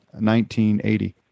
1980